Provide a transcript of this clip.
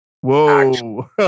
Whoa